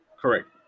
Correct